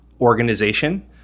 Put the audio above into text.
organization